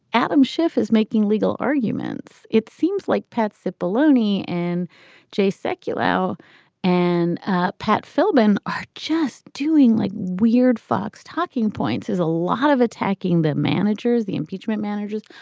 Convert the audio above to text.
adam schiff is making legal arguments. it seems like pets sit boloney and jay sekulow and ah pat philbin are just doing like weird. fox talking points is a lot of attacking the managers, the impeachment managers,